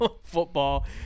football